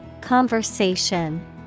Conversation